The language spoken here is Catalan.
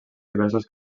diversos